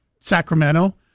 Sacramento